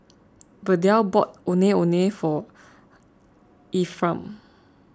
Verdell bought Ondeh Ondeh for Ephram